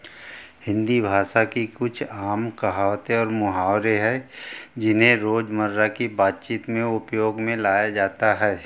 हिंदी भाषा की कुछ आम कहावतें और मुहावरे हैं जिन्हें रोज़मर्रा की बातचीत में उपयोग में लाया जाता है